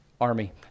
army